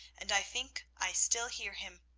and i think i still hear him.